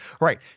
Right